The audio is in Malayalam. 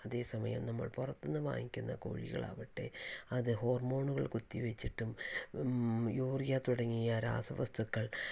അതേസമയം നമ്മൾ പുറത്ത് നിന്ന് വാങ്ങിക്കുന്ന കോഴികളാവട്ടെ അത് ഹോർമോണുകൾ കുത്തി വച്ചിട്ടും യൂറിയ തുടങ്ങിയ രാസവസ്തുക്കൾ